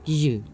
गियो